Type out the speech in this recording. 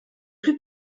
plus